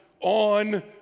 on